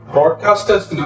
Broadcasters